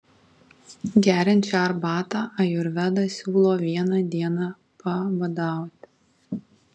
geriant šią arbatą ajurvedą siūlo vieną dieną pabadauti